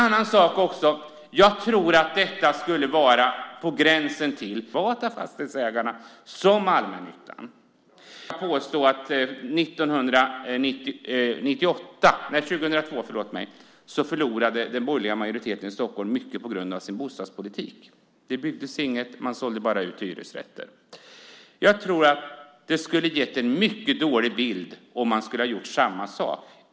Jag vågar påstå att anledningen till att den borgerliga majoriteten i Stockholm förlorade 2002 mycket berodde på dess bostadspolitik. Det byggdes ingenting. Man sålde bara ut hyresrätter. Jag tror att det skulle gett en mycket dålig bild om man gjort samma sak nu.